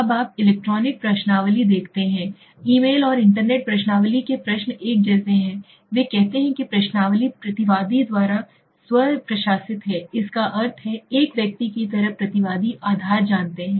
अब आप इलेक्ट्रॉनिक प्रश्नावली देखते हैं ईमेल और इंटरनेट प्रश्नावली के प्रश्न एक जैसे हैं वे कहते हैं कि प्रश्नावली प्रतिवादी द्वारा स्व प्रशासित है जिसका अर्थ है एक व्यक्ति की तरह प्रतिवादी आधार जानते हैं